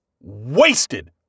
wasted